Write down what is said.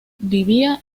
vivía